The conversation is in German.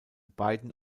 beiden